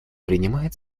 принимает